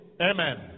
Amen